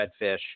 Redfish